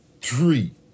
three